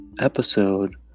episode